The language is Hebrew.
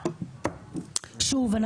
שוב,